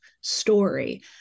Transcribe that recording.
story